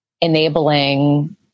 enabling